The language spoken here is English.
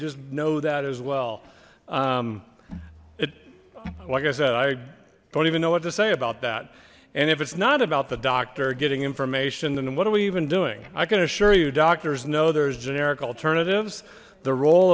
just know that as well it like i said i don't even know what to say about that and if it's not about the doctor getting information then what are we even doing i can assure you doctors know there's generic alternatives the role